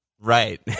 right